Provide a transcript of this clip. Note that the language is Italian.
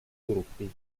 gruppi